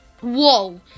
Whoa